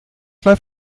läuft